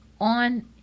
on